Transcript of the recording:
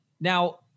Now